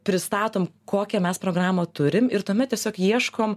pristatom kokią mes programą turim ir tuomet tiesiog ieškom